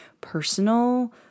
personal